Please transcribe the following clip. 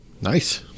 Nice